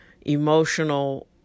emotional